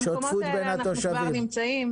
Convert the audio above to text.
במקומות אלה אנחנו כבר נמצאים,